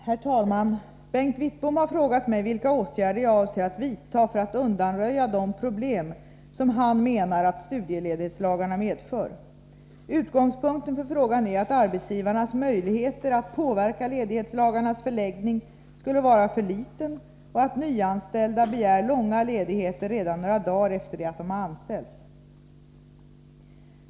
Herr talman! Bengt Wittbom har frågat mig vilka åtgärder jag avser att vidta för att undanröja de problem som han menar att studieledighetslagarna medför. Utgångspunkten för frågan är att arbetsgivarnas möjligheter att påverka ledigheternas förläggning skulle vara för liten och att nyanställda begär långa ledigheter redan några dagar efter det att de har anställts.